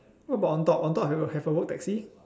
what about on top on top have a have the word taxi